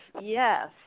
yes